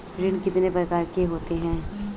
ऋण कितनी प्रकार के होते हैं?